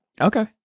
okay